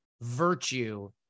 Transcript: virtue